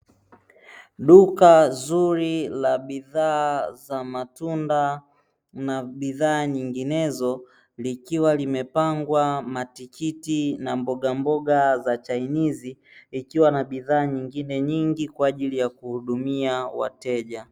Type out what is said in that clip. Duka zuri za bidhaa za matunda na bidhaa nyinginezo likiwa limepangwa matikiti na mbogamboga, za chainizi ikiwa na bidhaa nyingine nyingi kwa ajili ya kuhudumia wateja.